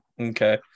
okay